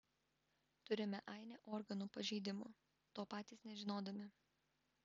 turime ainę organų pažeidimų to patys nežinodami